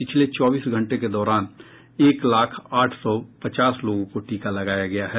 पिछले चौबीस घंटे के दौरान एक लाख आठ सौ पचास लोगों को टीका लगाया गया है